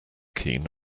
keen